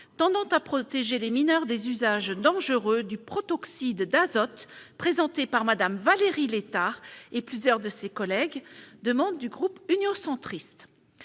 tendant à protéger les mineurs des usages dangereux du protoxyde d'azote, présentée par Mme Valérie Létard et plusieurs de ses collègues (proposition n°